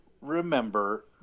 remember